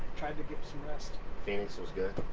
tried to get some rest. phoenix was good?